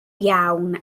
iawn